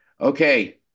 Okay